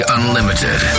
Unlimited